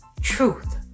Truth